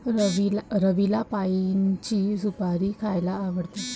रवीला पाइनची सुपारी खायला आवडते